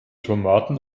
tomaten